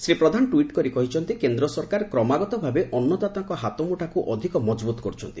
Shri Pradhan tweet କରି କହିଛନ୍ତି କେନ୍ଦ୍ର ସରକାର କ୍ରମାଗତଭାବେ ଅନ୍ଦଦାତାଙ୍କ ହାତମୁଠାକୁ ଅଧିକ ମକବୁତ୍ କରୁଛନ୍ତି